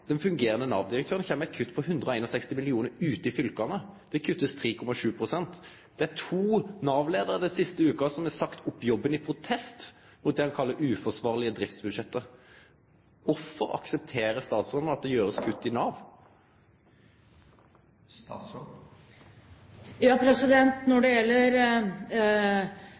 den fungerande Nav-direktøren kjem med kutt på 161 mill. kr ute i fylka. Det blir kutta 3,7 pst. To Nav-leiarar har den siste veka sagt opp jobben i protest mot det dei kallar uforsvarlege driftsbudsjett. Kvifor aksepterer statsråden at det blir gjort kutt i Nav? Når det gjelder